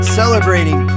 celebrating